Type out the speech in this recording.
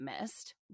missed